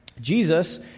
Jesus